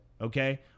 Okay